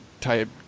type